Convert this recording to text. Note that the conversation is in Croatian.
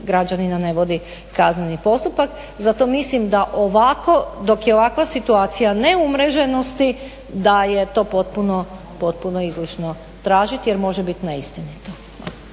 građanina ne vodi kazneni postupak. Zato mislim da dok je ovakva situacija neumreženosti da je to potpuno izlišno tražiti jer može biti neistinito.